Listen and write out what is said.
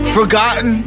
forgotten